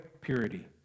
purity